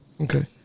Okay